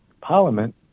Parliament